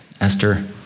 Esther